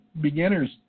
beginner's